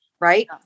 Right